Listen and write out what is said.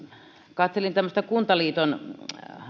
katselin tämmöistä kuntaliiton